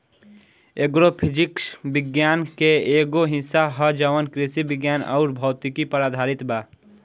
agro physics विज्ञान के एगो हिस्सा ह जवन कृषि विज्ञान अउर भौतिकी पर आधारित बा